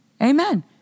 Amen